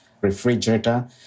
refrigerator